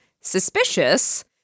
suspicious